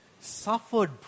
suffered